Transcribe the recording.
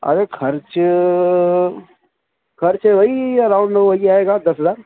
ارے خرچ خرچ وہی اراؤنڈ وہی آئے گا دس ہزار